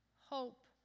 hope